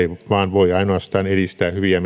vaan voi ainoastaan edistää hyviä